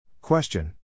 Question